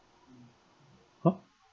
!huh!